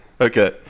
Okay